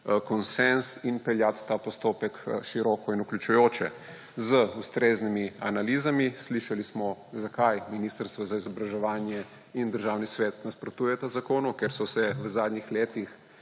konsenz in peljati ta postopek široko in vključujoče, z ustreznimi analizami. Slišali smo, zakaj ministrstvo za izobraževanje in Državni svet nasprotujeta zakonu – ker so se v zadnjih letih